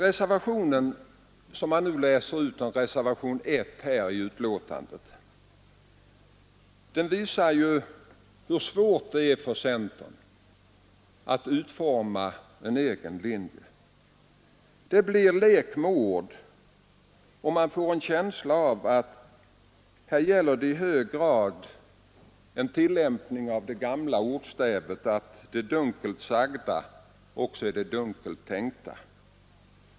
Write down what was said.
Reservationen 1 vid utskottsbetänkandet visar ju hur svårt det är för centern att utforma en egen linje. Det blir en lek med ord, och man får en känsla av att här gäller i hög grad det gamla talesättet att det dunkelt sagda är det dunkelt tänkta.